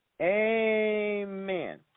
Amen